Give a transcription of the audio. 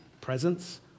presence